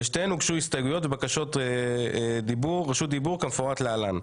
לשתיהן הוגשו הסתייגויות ובקשות רשות דיבור כמפורט להלן: